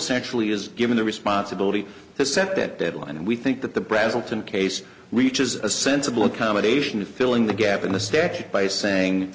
essentially is given the responsibility to set that deadline and we think that the brazill tim case reaches a sensible accommodation of filling the gap in the statute by saying